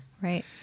right